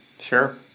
sure